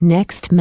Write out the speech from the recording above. Next